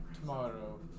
Tomorrow